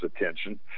attention